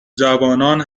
جوانان